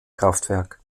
kraftwerk